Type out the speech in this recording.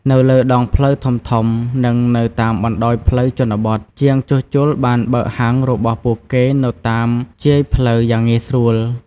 នៅលើដងផ្លូវធំៗ និងនៅតាមបណ្តាផ្លូវជនបទ ជាងជួសជុលបានបើកហាងរបស់ពួកគេនៅតាមជាយផ្លូវយ៉ាងងាយស្រួល។